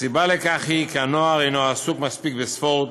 הסיבה לכך היא שהנוער אינו עוסק מספיק בספורט,